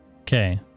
Okay